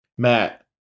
Matt